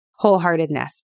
wholeheartedness